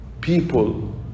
people